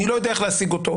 אני לא יודע איך להשיג אותו.